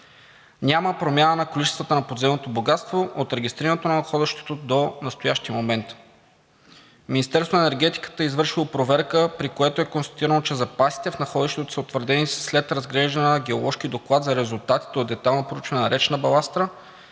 Няма промяна на количествата на подземното богатство от регистрирането на находището до настоящия момент. Министерството на енергетиката е извършило проверка, при което е констатирано, че запасите в находището са утвърдени след разглеждане на геоложки доклад за резултатите от детайлно проучване на речна баластра,